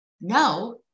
no